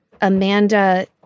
Amanda